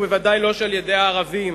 ובוודאי שלא על-ידי הערבים.